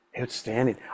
Outstanding